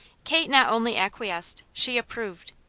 kate not only acquiesced, she approved.